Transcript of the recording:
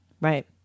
Right